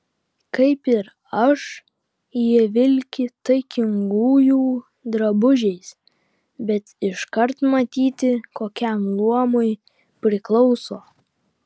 kaip ir aš jie vilki taikingųjų drabužiais bet iškart matyti kokiam luomui priklauso